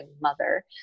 mother